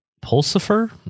Pulsifer